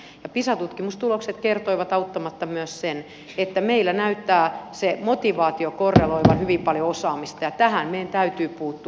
pisa tutkimustulokset kertoivat auttamatta myös sen että meillä näyttää se motivaatio korreloivan hyvin paljon osaamiseen ja tähän meidän täytyy puuttua